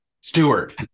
Stewart